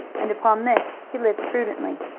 and upon this he lived prudently,